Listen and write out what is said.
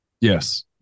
Yes